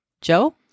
Joe